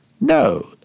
No